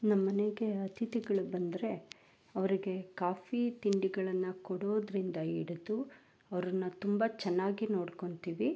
ನಮ್ಮ ಮನೆಗೆ ಅತಿಥಿಗಳು ಬಂದರೆ ಅವರಿಗೆ ಕಾಫೀ ತಿಂಡಿಗಳನ್ನು ಕೊಡೋದರಿಂದ ಹಿಡ್ದು ಅವ್ರನ್ನ ತುಂಬ ಚೆನ್ನಾಗಿ ನೋಡ್ಕೋತೀವಿ